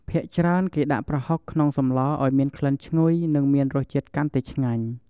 ភាគច្រើនគេដាក់ប្រហុកក្នុងសម្លឱ្យមានក្លិនឈ្ងុយនិងមានរសជាតិកាន់តែឆ្ងាញ់។